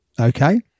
Okay